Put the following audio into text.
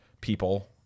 people